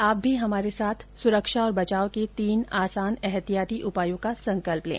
आप भी हमारे साथ सुरक्षा और बचाव के तीन आसान एहतियाती उपायों का संकल्प लें